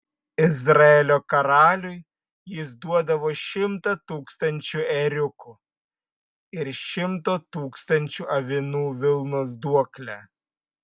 izraelio karaliui jis duodavo šimtą tūkstančių ėriukų ir šimto tūkstančių avinų vilnos duoklę